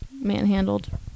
Manhandled